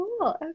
Cool